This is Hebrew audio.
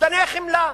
נוגדני חמלה,